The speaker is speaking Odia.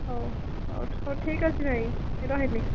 ହଉ ହଉ ଠିକ୍ ଅଛି ଭାଇ ରହିଲି